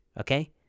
okay